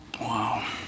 Wow